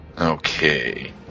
Okay